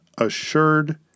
assured